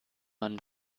man